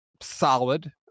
solid